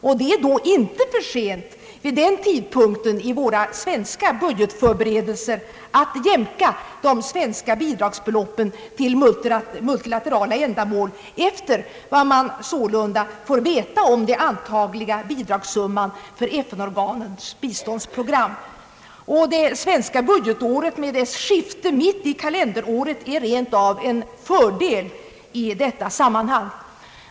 Vid den tidpunkten är det inte för sent att i våra svenska budgetförberedelser jämka de svenska bidragsbeloppen till multilaterala ändamål efter vad man sålunda får veta om den antagliga bidragssumman för FN-organens biståndsprogram. Det svenska budgetåret med dess skifte mitt i kalenderåret är rent av en fördel i detta sammanhang.